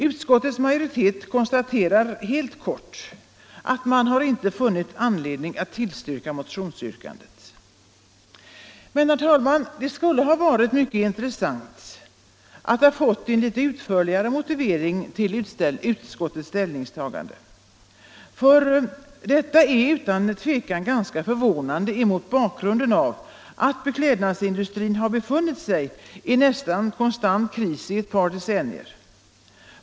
Utskottets majoritet konstaterar helt kort att man inte funnit anledning att tillstyrka motionsyrkandet. Men, herr talman, det skulle ha varit mycket intressant att ha fått en litet utförligare motivering till utskottets ställningstagande, eftersom detta utan tvivel är ganska förvånande mot bakgrund av att beklädnadsindustrin har befunnit sig i nästan konstant kris i ett par decennier.